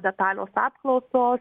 detalios apklausos